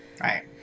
Right